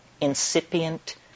incipient